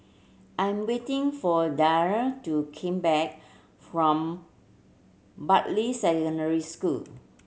I'm waiting for Daryle to came back from Bartley Secondary School